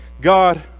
God